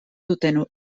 duten